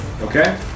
Okay